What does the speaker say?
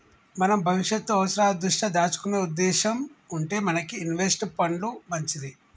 మనం భవిష్యత్తు అవసరాల దృష్ట్యా దాచుకునే ఉద్దేశం ఉంటే మనకి ఇన్వెస్ట్ పండ్లు మంచిది